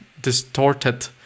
distorted